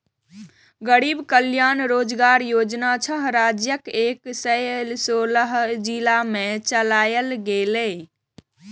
गरीब कल्याण रोजगार योजना छह राज्यक एक सय सोलह जिला मे चलायल गेलै